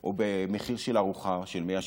או במחיר של ארוחה של 100 שקל.